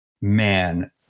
man